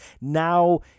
now